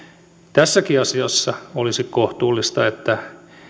tässäkin asiassa olisi kohtuullista että